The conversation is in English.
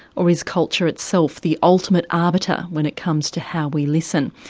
or is culture itself the ultimate arbiter when it comes to how we listen?